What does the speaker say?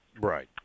Right